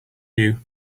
you